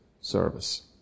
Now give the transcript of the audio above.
service